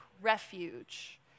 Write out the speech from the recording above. refuge